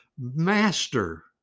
master